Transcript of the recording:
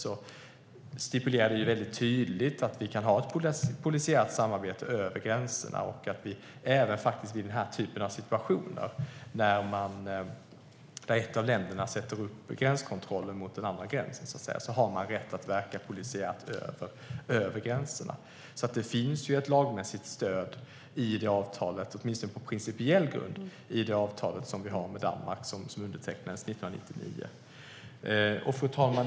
Avtalet stipulerar tydligt att det kan ske ett polisiärt samarbete över gränserna, även vid den typen av situationer där ett av länderna sätter upp gränskontroller mot det andra landets gräns. Det finns ett lagmässigt stöd, åtminstone på principiell grund, i avtalet med Danmark som undertecknades 1999. Fru talman!